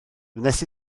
wnes